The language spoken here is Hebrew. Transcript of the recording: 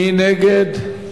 מי נגד?